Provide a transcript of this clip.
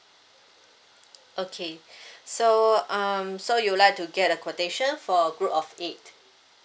okay so um so you like to get the quotation for a group of eight